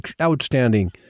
Outstanding